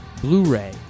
Blu-ray